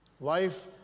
Life